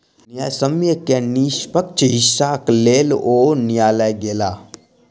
न्यायसम्य के निष्पक्ष हिस्साक लेल ओ न्यायलय गेला